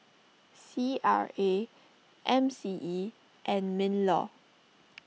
C R A M C E and MinLaw